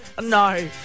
No